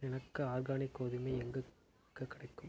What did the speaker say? எனக்கு ஆர்கானிக் கோதுமை எங்கே க கிடைக்கும்